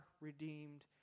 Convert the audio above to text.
redeemed